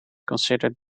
considered